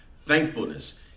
thankfulness